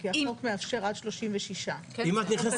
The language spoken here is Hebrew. כי החוק מאפשר עד 36. אם את נכנסת,